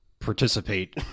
participate